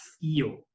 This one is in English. feel